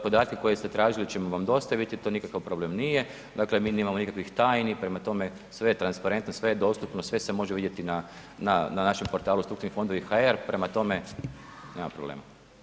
Podatke koje ste tražili ćemo vam dostaviti, to nikakav problem nije, dakle mi nemamo nikakvih tajni, prema tome sve je transparentno, sve je dostupno, sve se može vidjeti na našem portalu ... fondovi.hr prema tome, nema problema.